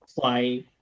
fly